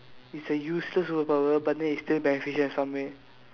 it's a useless superpower but then it's still beneficial in some way